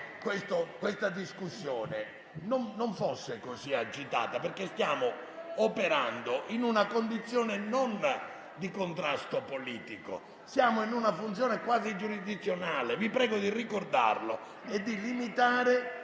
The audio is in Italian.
che questa discussione non fosse così agitata perché non stiamo operando in una situazione di contrasto politico. Stiamo esercitando una funzione quasi giurisdizionale. Vi prego di ricordarlo e limitare